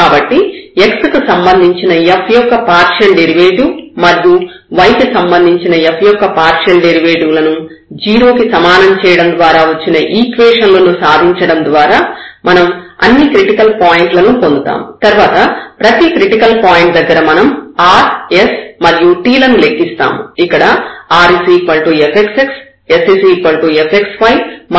కాబట్టి x కి సంబంధించిన f యొక్క పార్షియల్ డెరివేటివ్ మరియు y కి సంబంధించిన f యొక్క పార్షియల్ డెరివేటివ్ లను 0 కి సమానం చేయడం ద్వారా వచ్చిన ఈక్వేషన్ లను సాధించడం ద్వారా మనం అన్ని క్రిటికల్ పాయింట్లను పొందుతాము తర్వాత ప్రతి క్రిటికల్ పాయింట్ దగ్గర మనం r s మరియు t లను లెక్కిస్తాము ఇక్కడ r fxx s fxy మరియు t fyy